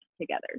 together